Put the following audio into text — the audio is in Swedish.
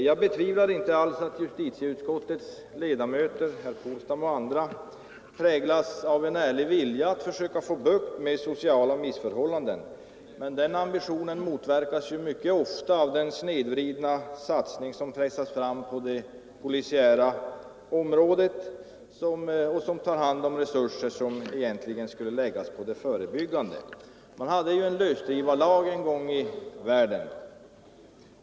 Jag betvivlar inte att justitieutskottets ledamöter, herr Polstam och andra, präglas av en ärlig vilja att försöka få bukt med sociala missförhållanden, men den ambitionen motverkas mycket ofta av den snedvridna satsningen på det polisiära området, som tar hand om resurser som egentligen borde läggas på förebyggande verksamhet. Det fanns en lösdrivarlag en gång i världen.